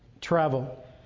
travel